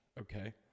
Okay